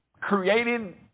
created